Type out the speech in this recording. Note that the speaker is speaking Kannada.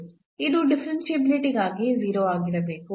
ಇದು ಡಿಫರೆನ್ಷಿಯಾಬಿಲಿಟಿ ಗಾಗಿ 0 ಆಗಿರಬೇಕು